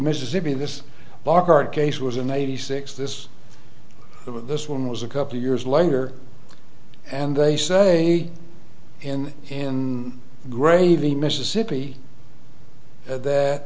mississippi this block our case was in eighty six this but this one was a couple years later and they say in in gravy mississippi that